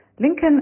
Lincoln